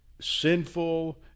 sinful